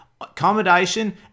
accommodation